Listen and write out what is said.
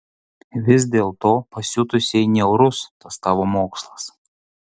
vis dėlto pasiutusiai niaurus tas tavo mokslas